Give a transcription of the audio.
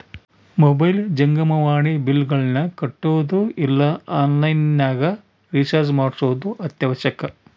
mobile ಜಂಗಮವಾಣಿ ಬಿಲ್ಲ್ಗಳನ್ನ ಕಟ್ಟೊದು ಇಲ್ಲ ಆನ್ಲೈನ್ ನಗ ರಿಚಾರ್ಜ್ ಮಾಡ್ಸೊದು ಅತ್ಯವಶ್ಯಕ